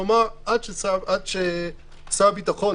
כלומר עד ששר הביטחון,